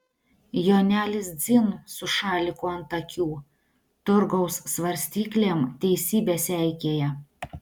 jonelis dzin su šaliku ant akių turgaus svarstyklėm teisybę seikėja